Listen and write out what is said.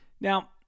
Now